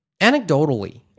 anecdotally